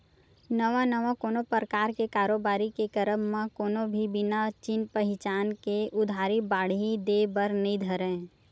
नवा नवा कोनो परकार के कारोबारी के करब म कोनो भी बिना चिन पहिचान के उधारी बाड़ही देय बर नइ धरय